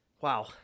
Wow